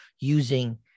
using